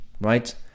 right